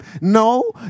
No